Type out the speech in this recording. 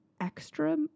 extra